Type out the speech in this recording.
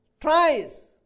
tries